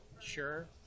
Sure